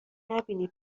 نبینی